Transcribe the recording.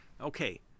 Okay